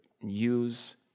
use